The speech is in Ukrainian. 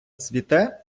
цвіте